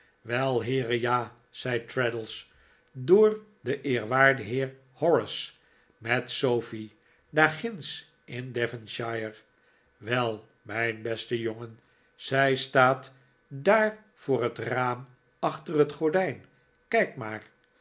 wel heere ja zei traddles door den eerwaarden heer horace met sofie daarginds in devonshire wei mijn beste jongen zij staat daar voor het raam achter dat gordijn kijk maar